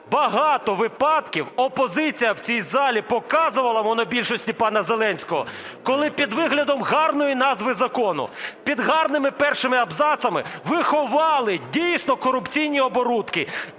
багато випадків опозиція в цій залі показувала монобільшості пана Зеленського, коли під виглядом гарної назви закону, під гарними першими абзацами ви ховали дійсно корупційні оборудки,